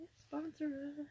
Sponsor